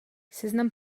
seznam